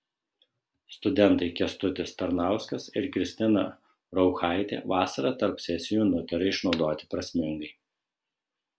studentai kęstutis tarnauskas ir kristina rauchaitė vasarą tarp sesijų nutarė išnaudoti prasmingai